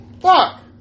Fuck